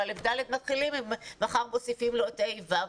אם כיתות ג'-ד' מתחילות ואם מחר מוסיפים לו את כיתות ה'-ו'.